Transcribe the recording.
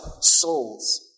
souls